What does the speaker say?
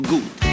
Good